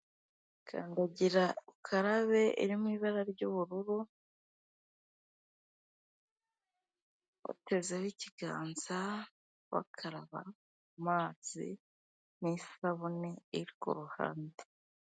Kandagirukarabe iri mu ibara ry'ubururu, watezaho ikiganza bakaraba amazi n'isabune iri ku ruhande.